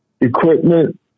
equipment